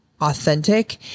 authentic